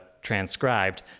transcribed